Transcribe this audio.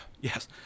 Yes